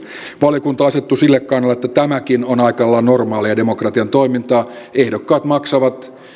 valiokunta asettui sille kannalle että tämäkin on aika lailla normaalia demokratian toimintaa ehdokkaat maksavat